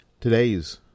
Today's